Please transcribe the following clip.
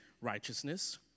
righteousness